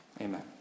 amen